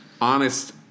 Honest